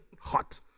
hot